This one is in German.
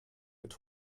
mit